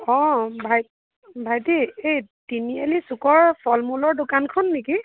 অঁ ভাই ভাইটি এই তিনিআলি চুকৰ ফল মূলৰ দোকানখন নেকি